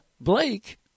Blake